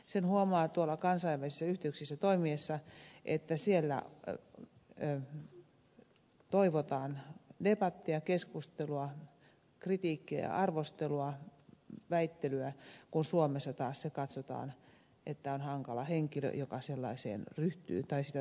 sen huomaa tuolla kansainvälisissä yhteyksissä toimiessa että siellä toivotaan debattia keskustelua kritiikkiä ja arvostelua väittelyä kun suomessa taas katsotaan että joka sellaiseen ryhtyy tai sitä tahtoo on hankala henkilö